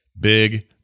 Big